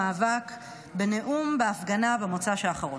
האבות והאימהות,